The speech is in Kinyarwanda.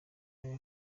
aya